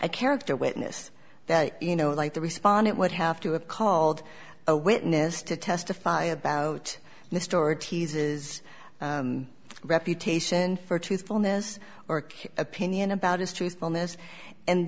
a character witness that you know like the respondent would have to have called a witness to testify about mr ortiz's reputation for truthfulness or opinion about his truthfulness and